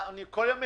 אני כל יום מקבל...